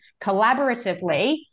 collaboratively